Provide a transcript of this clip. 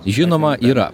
žinoma yra